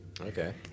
Okay